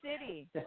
City